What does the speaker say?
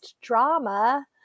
drama